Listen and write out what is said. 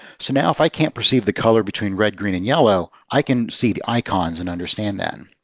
so now if i can't perceive the color between red, green, and yellow, i can see the icons and understand them.